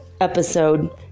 episode